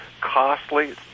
costly